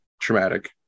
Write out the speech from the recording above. traumatic